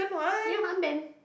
ya armband